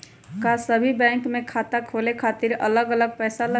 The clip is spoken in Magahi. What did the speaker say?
का सभी बैंक में खाता खोले खातीर अलग अलग पैसा लगेलि?